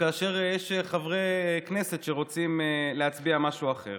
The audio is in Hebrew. כאשר יש חברי כנסת שרוצים להצביע משהו אחר.